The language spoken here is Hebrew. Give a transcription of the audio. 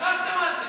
שכחתם מה זה.